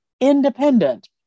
independent